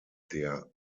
der